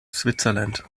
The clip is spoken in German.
switzerland